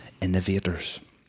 innovators